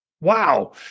wow